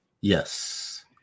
Yes